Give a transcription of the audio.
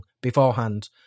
beforehand